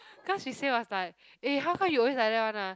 cause she said was like eh how come you always like that one ah